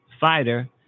fighter